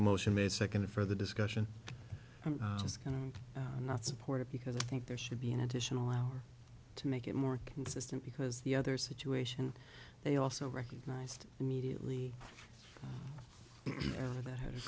motion may second a further discussion i'm just going to not support it because i think there should be an additional hour to make it more consistent because the other situation they also recognized immediately that h